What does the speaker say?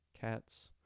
cats